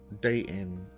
dating